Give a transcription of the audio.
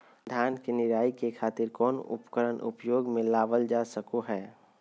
धान के निराई के खातिर कौन उपकरण उपयोग मे लावल जा सको हय?